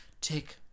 take